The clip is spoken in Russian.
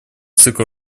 цикл